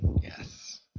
Yes